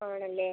ആണല്ലേ